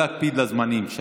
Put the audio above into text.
הם לא רצו לשמוע.